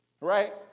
right